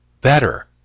better